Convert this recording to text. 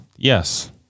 yes